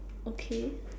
okay